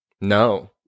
no